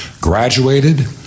graduated